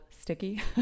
sticky